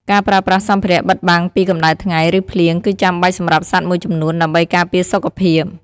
ការប្រើប្រាស់សម្ភារៈបិទបាំងពីកម្តៅថ្ងៃ ឬភ្លៀងគឺចាំបាច់សម្រាប់សត្វមួយចំនួន ដើម្បីការពារសុខភាព។